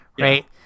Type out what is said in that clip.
right